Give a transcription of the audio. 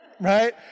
right